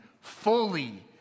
fully